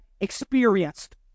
experienced